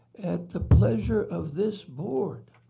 at the pleasure of this board.